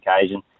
occasion